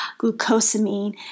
glucosamine